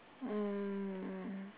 um